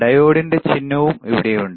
ഡയോഡിന്റെ ചിഹ്നവും ഇവിടെയുണ്ട്